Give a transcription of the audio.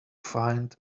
find